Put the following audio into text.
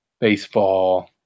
baseball